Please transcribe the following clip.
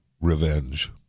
revenge